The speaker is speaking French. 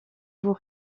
vous